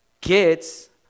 kids